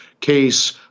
case